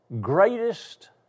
greatest